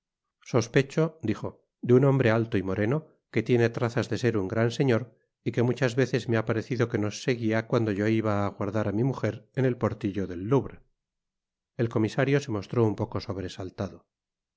sospecho dijo de un hombre alto y moreno que tiene trazas de ser un gran señor y que muchas veces me ha parecido que nos seguia cuando yo iba á aguardai á mi mujer en el portillo del jurovre el comisario se mostró un poco sobresaltado